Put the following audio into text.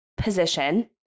position